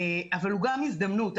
אבל הוא גם הזדמנות.